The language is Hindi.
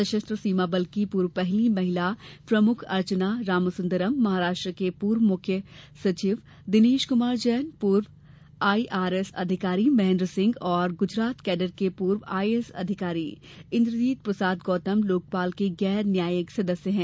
सशस्त्र सीमा बल की पूर्व पहली महिला प्रमुख अर्चना रामसुंदरम महाराष्ट्र के पूर्व मुख्य सचिव दिनेश कुमार जैन पूर्व आईआरएस अधिकारी महेंद्र सिंह और गुजरात कैडर के पूर्व आईएएस अधिकारी इंद्रजीत प्रसाद गौतम लोकपाल के गैर न्यायिक सदस्य हैं